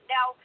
Now